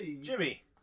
Jimmy